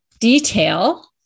detail